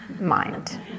mind